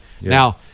Now